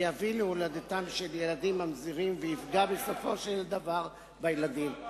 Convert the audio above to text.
יביא להולדתם של ילדים ממזרים ויפגע בסופו של דבר בילדים.